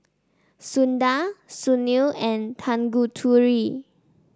Sundar Sunil and Tanguturi